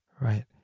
right